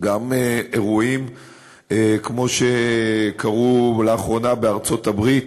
גם אירועים כמו שקרו לאחרונה בארצות-הברית: